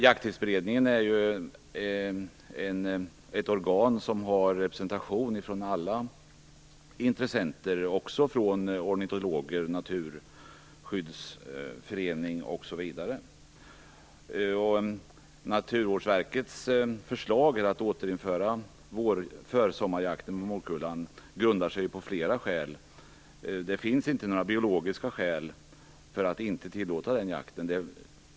Jakttidsberedningen är ett organ där alla intressenter är representerade, även ornitologer, Naturskyddsföreningen osv. Naturvårdsverkets förslag att återinföra försommarjakten på morkullan har flera orsaker. Det finns inte några biologiska skäl för att inte tillåta denna jakt.